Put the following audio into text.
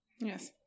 Yes